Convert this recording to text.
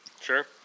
Sure